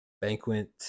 banquet